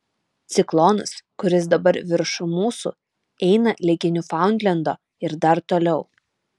ciklonas kuris dabar viršum mūsų eina ligi niūfaundlendo ir dar toliau